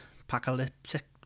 apocalyptic